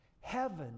Heaven